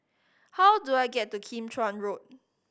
how do I get to Kim Chuan Road